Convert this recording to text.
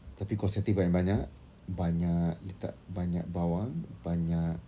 tapi kuah satay banyak-banyak banyak letak banyak bawang banyak